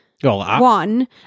one